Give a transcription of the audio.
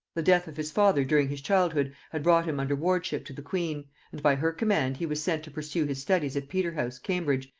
the death of his father during his childhood had brought him under wardship to the queen and by her command he was sent to pursue his studies at peterhouse, cambridge,